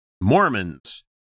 mormons